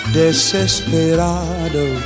desesperado